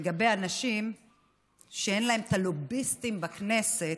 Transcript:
לגבי אנשים שאין להם את הלוביסטים בכנסת.